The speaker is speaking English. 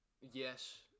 yes